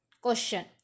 Question